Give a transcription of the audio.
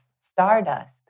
stardust